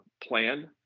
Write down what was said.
plan